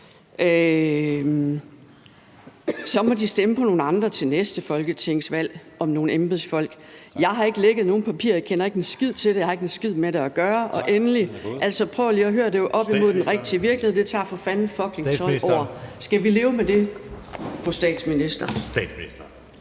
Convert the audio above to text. »Så må de stemme på nogle andre til næste folketingsvalg«. Og det fortsætter: »Jeg har ikke lækket nogen papirer. Jeg kender ikke en skid til det. Jeg har ikke haft en skid med det at gøre ...«. Og endelig lyder det: »Altså prøv lige at høre, det er jo op imod den rigtige virkelighed, der findes, hvor det tager for fanden fucking 12 år ...«. Skal vi leve med det, fru statsminister?